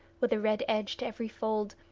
with a red edge to every fold,